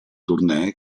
tournée